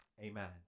Amen